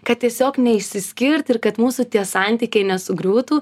kad tiesiog neišsiskirt ir kad mūsų tie santykiai nesugriūtų